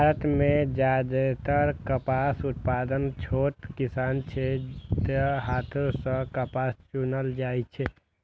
भारत मे जादेतर कपास उत्पादक छोट किसान छै, तें हाथे सं कपास चुनल जाइ छै